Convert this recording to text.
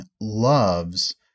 loves